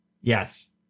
Yes